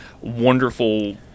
wonderful